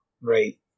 Right